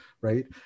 right